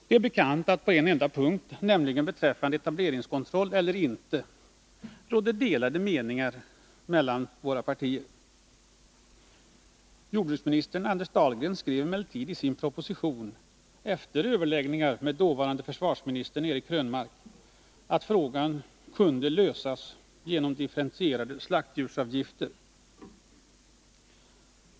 Det är bekant att det på en enda punkt, nämligen beträffande frågan om etableringskontroll eller inte, råder delade meningar mellan våra partier. Jordbruksministern Anders Dahlgren skrev emellertid i sin proposition efter överläggningar med dåvarande försvarsministern Eric Krönmark att frågan kunde lösas genom differentierade slaktdjursavgifter.